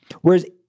Whereas